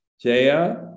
Jaya